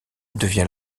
devient